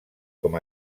com